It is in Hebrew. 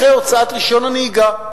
אחרי הוצאת רשיון הנהיגה,